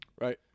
Right